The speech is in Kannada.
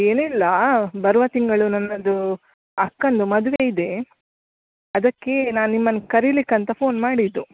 ಏನಿಲ್ಲ ಬರುವ ತಿಂಗಳು ನನ್ನದು ಅಕ್ಕನದು ಮದುವೆ ಇದೆ ಅದಕ್ಕೆ ನಾ ನಿಮ್ಮನ್ನು ಕರೀಲಿಕ್ಕೆ ಅಂತ ಫೋನ್ ಮಾಡಿದ್ದು